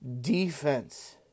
defense